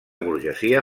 burgesia